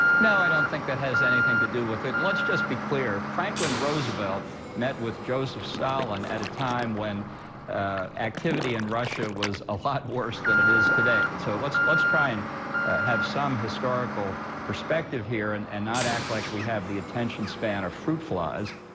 no, i don't think that has anything to do with it. and let's just be clear franklin roosevelt met with joseph stalin at a time when activity in russia was a lot worse than it is today. so, let's let's try and have some historical perspective here and and not act like we have the attention span of fruit flies.